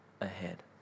ahead